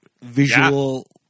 visual